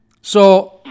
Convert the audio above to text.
So-